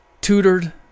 tutored